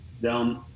down